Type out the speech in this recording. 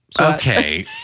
Okay